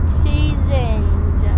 seasons